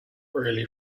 really